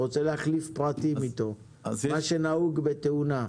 הוא רוצה להחליף פרטים איתו כפי שנהוג בתאונה.